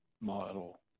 model